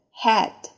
head